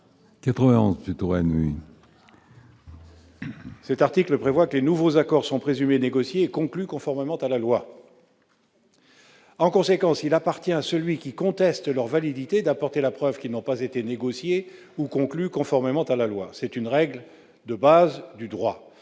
Cet article prévoit que les nouveaux accords sont « présumés négociés et conclus conformément à la loi ». En conséquence, il appartient à celui qui conteste leur validité d'apporter la preuve qu'ils n'ont pas été négociés ou conclus conformément à la loi. C'est une règle de base du droit.